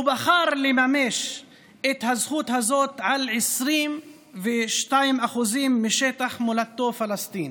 הוא בחר לממש את הזכות הזאת על 22% משטח מולדתו פלסטין,